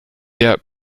der